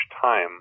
time